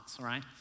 Right